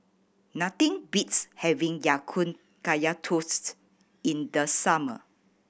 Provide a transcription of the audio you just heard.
nothing beats having Ya Kun Kaya Toast in the summer